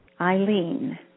Eileen